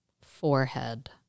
Forehead